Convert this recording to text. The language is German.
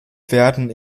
werden